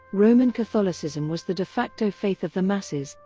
roman catholicism was the de facto faith of the masses,